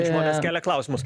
žmonės kelia klausimus